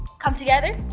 come together.